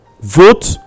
vote